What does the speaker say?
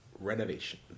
renovation